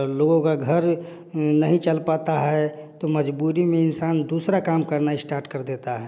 लोगों का घर नहीं चल पाता है तो मजबूरी में इंसान दूसरा काम करना स्टार्ट कर देता है